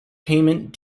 payment